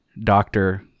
doctor